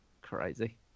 Crazy